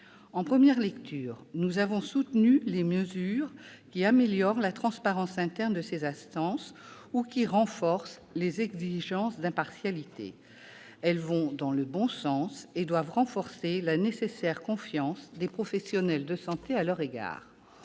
En première lecture, nous avons soutenu les mesures qui améliorent la transparence interne de ces instances ou qui renforcent les exigences d'impartialité. Elles vont dans le bon sens et doivent consolider la nécessaire confiance des professionnels de santé à leur égard.